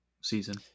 season